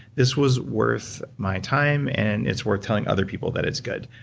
this was worth my time, and it's worth telling other people that it's good.